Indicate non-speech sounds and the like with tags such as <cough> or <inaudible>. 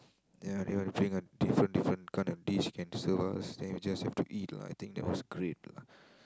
ya they will bring a different different kind of dish can serve us then we just have to eat lah I think that was great lah <breath>